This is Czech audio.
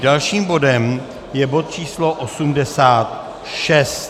Dalším bodem je bod číslo 86.